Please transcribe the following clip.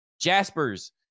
Jasper's